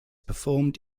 performed